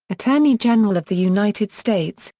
attorney general of the united states,